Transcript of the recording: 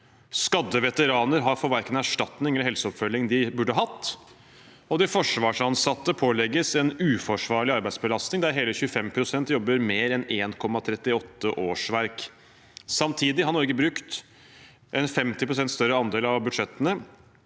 skadde veteraner får verken erstatning eller helseoppfølging de burde hatt, og de forsvarsansatte pålegges en uforsvarlig arbeidsbelastning, der hele 25 pst. jobber mer enn 1,38 årsverk. Samtidig har Norge brukt 50 pst. større andel av budsjettene